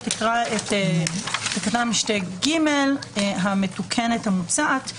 אקרא את תקנת משנה ג' המתוקנת המוצעת.